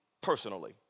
personally